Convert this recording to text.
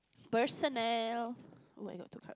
personnel oh-my-God two card